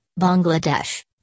Bangladesh